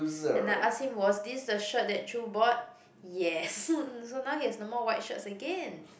and I ask him was this the shirt that Chew bought yes so now he has no more white shirts again